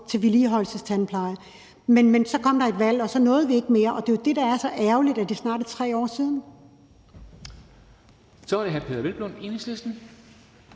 til vedligeholdelsestandpleje. Men så kom der et valg, og så nåede vi ikke mere, og det er jo det, der er så ærgerligt, altså at det snart er 3 år siden. Kl. 11:20 Formanden